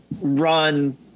run